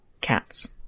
cats